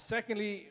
Secondly